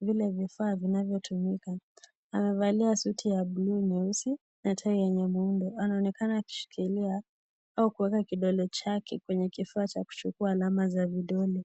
vile vifaa vinavyotumika. Amevalia suti ya buluu nyeusi na tai ya muundo. Anaonekana akishikilia au kuweka kidole chake kwenye kifaa cha kuchukua alama za vidole.